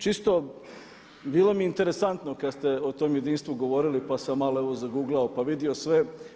Čisto bilo mi je interesantno kad ste o tom jedinstvu govorili pa sam malo evo zaguglao pa vidio sve.